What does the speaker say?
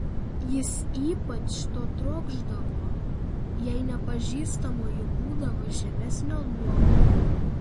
jis ypač to trokšdavo jei nepažįstamoji būdavo žemesnio luomo